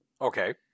Okay